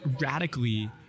radically